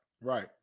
right